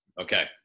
Okay